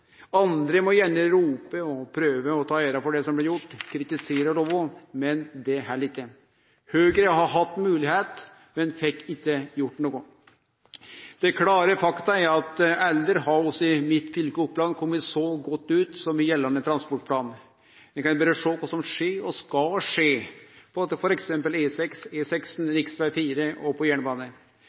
Andre må gjerne rope og prøve å ta æra for det som blir gjort, kritisere og love, men det held ikkje. Høgre har hatt moglegheit, men fekk ikkje gjort noko. Det klare faktum er at aldri har vi i mitt fylke, Oppland, kome så godt ut som i gjeldande transportplan. Vi kan berre sjå kva som skjer, og skal skje, på f.eks. E6, rv. 4 og på jernbane.